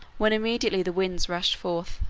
when immediately the winds rushed forth.